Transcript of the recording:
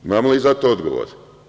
Imamo li za to odgovor?